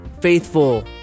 faithful